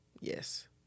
Yes